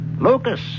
Lucas